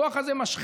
הכוח הזה משחית,